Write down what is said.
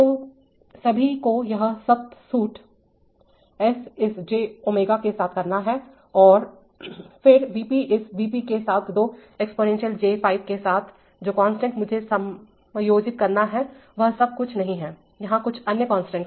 तो सभी को यह सब सूट s इस jω के साथ करना है और फिर V p इस V p के साथ दो × एक्सपोनेंशियल j 5 के साथ जो कांस्टेंट मुझे समायोजित करना है वह सब कुछ नहीं है यहाँ कुछ अन्य कांस्टेंट है